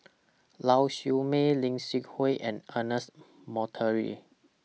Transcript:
Lau Siew Mei Lim Seok Hui and Ernest Monteiro